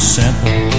simple